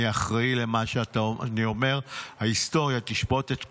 אני אחראי למה שאני אומר: ההיסטוריה תשפוט את כולכם.